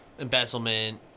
embezzlement